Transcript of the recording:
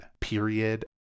period